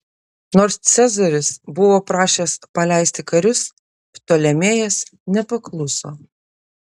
nors cezaris buvo prašęs paleisti karius ptolemėjas nepakluso